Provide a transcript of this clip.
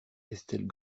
estelle